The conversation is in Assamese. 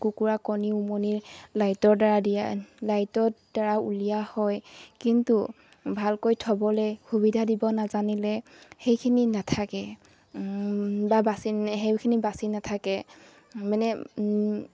কুকুৰা কণী উমনিৰ লাইটৰ দ্বাৰা দিয়া লাইটৰ দ্বাৰা উলিয়া হয় কিন্তু ভালকৈ থ'বলৈ সুবিধা দিব নাজানিলে সেইখিনি নাথাকে বা বাচি সেইখিনি বাচি নাথাকে মানে